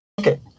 okay